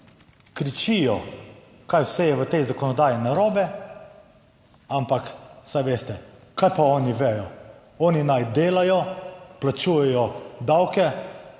kričijo kaj vse je v tej zakonodaji narobe. Ampak, saj veste kaj pa oni vedo? Oni naj delajo, plačujejo davke